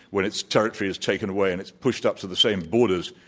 when its territory is taken away and it's pushed up to the same borders,